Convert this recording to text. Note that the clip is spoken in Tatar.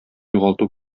югалту